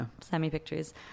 semi-pictures